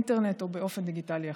אינטרנט או באופן דיגיטלי אחר.